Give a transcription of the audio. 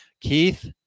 Keith